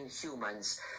humans